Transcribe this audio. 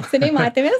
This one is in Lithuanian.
seniai matėmės